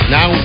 Now